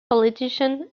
politician